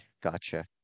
gotcha